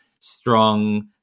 strong